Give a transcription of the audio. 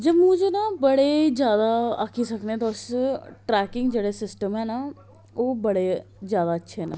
जम्मू च ना बडे़ ज्यादा आक्खी सकने हा तुस ट्रैकिंग जेहड़ा सिस्टम ऐ ओह् बडे़ ज्यादा अच्छे ना